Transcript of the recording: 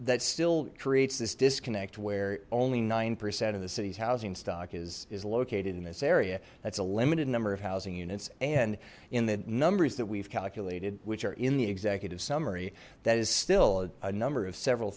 that still creates this disconnect where only nine percent of the city's housing stock is is located in this area that's a limited number of housing units and in the numbers that we've calculated which are in the executive summary that is still a number of several